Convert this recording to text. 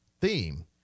theme